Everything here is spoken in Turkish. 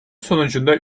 sonucunda